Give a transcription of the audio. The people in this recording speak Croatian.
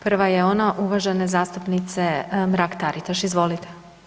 Prva je ono uvažene zastupnice Mrak-Taritaš, izvolite.